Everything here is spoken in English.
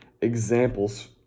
examples